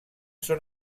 són